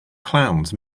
clowns